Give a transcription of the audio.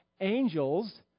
angels